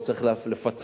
לא צריך לפצל,